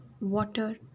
water